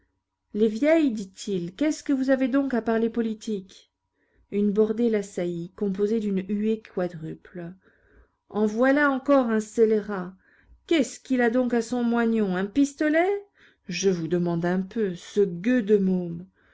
les vieilles dit-il qu'est-ce que vous avez donc à parler politique une bordée l'assaillit composée d'une huée quadruple en voilà encore un scélérat qu'est-ce qu'il a donc à son moignon un pistolet je vous demande un peu ce gueux de môme